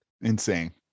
insane